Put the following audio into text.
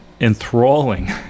enthralling